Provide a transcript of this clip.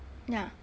ya